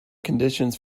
conditions